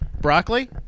broccoli